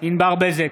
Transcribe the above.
ענבר בזק,